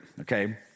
okay